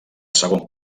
segon